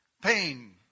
pain